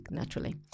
naturally